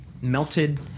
melted